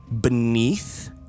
Beneath